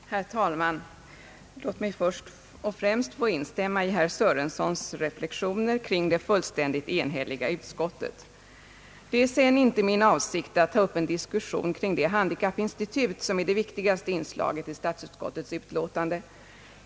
Herr talman! Låt mig först och främst få instämma i herr Sörensons reflexioner kring det fullständigt enhälliga utskottsutlåtandet. Det är inte min avsikt att ta upp en diskussion om det handikappinstitut som är det viktigaste inslaget i statsutskottets utlåtande.